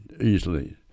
easily